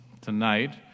tonight